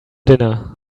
dinner